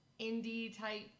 indie-type